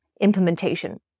implementation